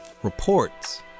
Reports